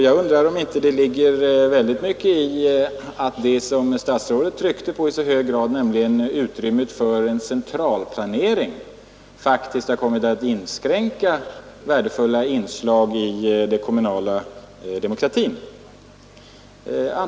Jag undrar om det inte ligger väldigt mycket av värde i det som herr statsrådet tryckte på i så hög grad, nämligen att utrymmet för en centralplanering faktiskt har kommit att inskränka värdefulla inslag i den kommunala demokratin.